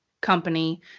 company